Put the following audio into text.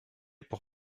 pour